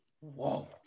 Whoa